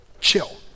chill